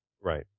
right